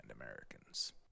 Americans